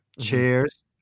chairs